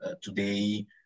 today